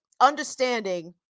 understanding